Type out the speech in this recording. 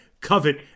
covet